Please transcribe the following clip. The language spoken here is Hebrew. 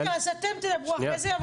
בסדר, אז אתם תדברו אחרי זה.